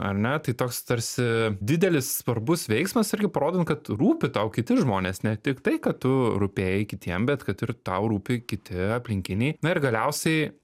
ar ne tai toks tarsi didelis svarbus veiksmas irgi parodant kad rūpi tau kiti žmonės ne tik tai kad tu rupėjai kitiem bet kad ir tau rūpi kiti aplinkiniai na ir galiausiai